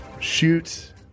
shoot